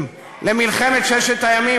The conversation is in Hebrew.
בירושלים זה למנוע רוב יהודי בירושלים,